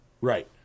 Right